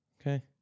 Okay